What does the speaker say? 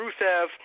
Rusev